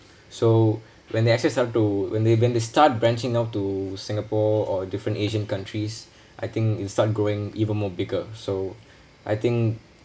so when they actually have to when they've been to start branching out to singapore or different asian countries I think it start growing even more bigger so I think